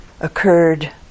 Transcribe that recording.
occurred